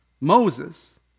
Moses